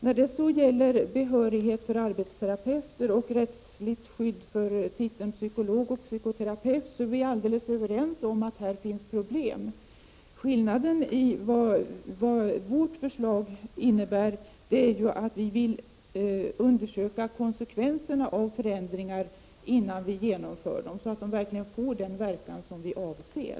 När det gäller behörighet för arbetsterapeuter och rättsligt skydd för titlarna psykolog och psykoterapeut är vi helt överens om att det finns problem. Skillnaden är den att vårt förslag innebär att vi vill undersöka konsekvenserna av förändringar innan vi genomför dem, så att de verkligen får den verkan som vi avser.